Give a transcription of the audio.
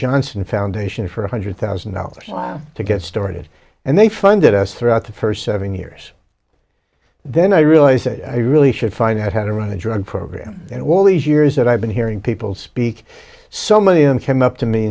johnson foundation for one hundred thousand dollars wow to get started and they funded us throughout the first seven years then i realized i really should find out how to run a drug program and all these years that i've been hearing people speak so many of them came up to me